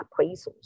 appraisals